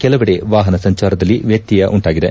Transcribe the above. ಕೆಲವಡೆ ವಾಹನ ಸಂಚಾರದಲ್ಲಿ ವ್ಯತ್ಯಯ ಉಂಟಾಗಿದೆ